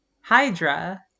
Hydra